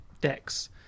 decks